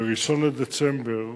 ב-1 בדצמבר